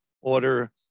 order